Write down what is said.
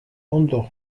ondo